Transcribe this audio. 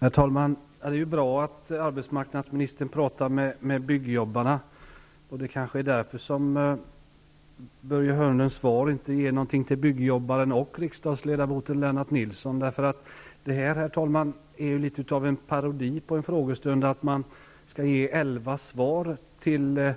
Herr talman! Det är bra att arbetsmarknadsministern talar med byggjobbarna. Det kanske är därför som Börje Hörnlunds svar inte ger någonting till byggjobbaren och riksdagsledamoten Lennart Nilsson. Det är litet av en parodi på en frågestund när arbetsmarknadsministern samtidigt ger elva svar till